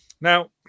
Now